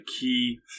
key